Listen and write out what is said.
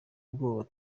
ubwoba